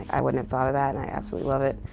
i wouldn't have thought of that. and i absolutely love it.